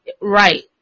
right